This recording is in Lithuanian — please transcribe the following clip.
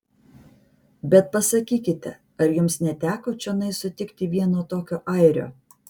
bet pasakykite ar jums neteko čionai sutikti vieno tokio airio